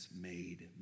made